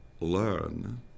learn